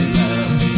love